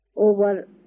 over